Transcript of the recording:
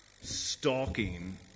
stalking